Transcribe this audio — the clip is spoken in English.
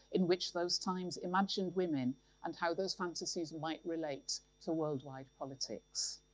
in which those times imagined women and how those fantasies might relate to world wide politics.